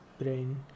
brain